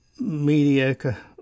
mediocre